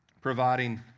providing